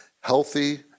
healthy